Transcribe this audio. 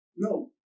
No